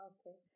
Okay